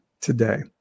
today